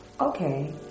okay